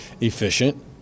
efficient